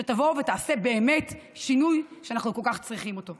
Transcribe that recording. שתבוא ותעשה באמת שינוי שאנחנו כל כך צריכים אותו.